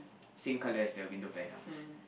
same color as the window panel